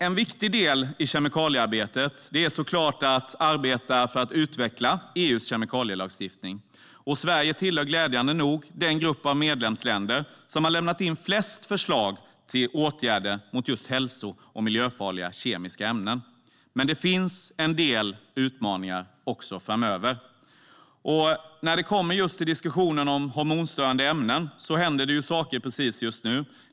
En viktig del i kemikaliearbetet är såklart att arbeta för att utveckla EU:s kemikalielagstiftning. Sverige tillhör glädjande nog den grupp av medlemsländer som har lämnat in flest förslag till åtgärder mot just hälso och miljöfarliga kemiska ämnen. Men det finns en del utmaningar också framöver. I diskussionen om hormonstörande ämnen händer det saker precis just nu.